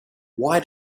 why